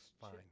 fine